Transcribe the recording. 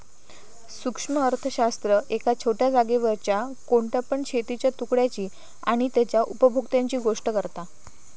सूक्ष्म अर्थशास्त्र एका छोट्या जागेवरच्या कोणत्या पण शेतीच्या तुकड्याची आणि तेच्या उपभोक्त्यांची गोष्ट करता